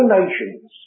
nations